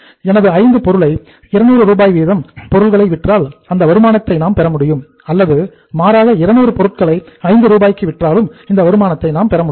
எனது 5 பொருளை 200 ரூபாய் வீதம் பொருளை விற்றால் அந்த வருமானத்தை நாம் பெற முடியும் அல்லது மாறாக 200 பொருள்களை ஐந்து ரூபாய்க்கு விற்றாலும் இந்த வருமானத்தை நாம் பெறமுடியும்